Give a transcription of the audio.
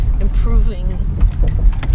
improving